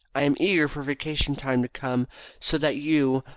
i am eager for vacation time to come so that you,